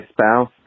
spouse